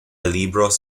libros